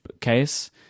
case